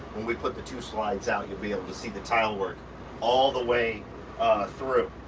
when we put the two slides out, you'll be able to see the tile work all the way through.